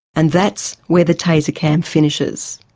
and that's where the taser cam finishes.